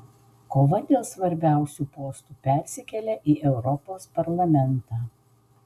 kova dėl svarbiausių postų persikelia į europos parlamentą